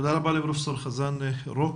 תודה רבה לפרופ' חזן רוקם.